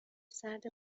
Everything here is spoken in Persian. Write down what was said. سرد